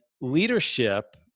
leadership